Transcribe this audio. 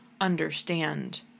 understand